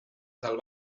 del